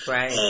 Right